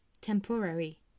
temporary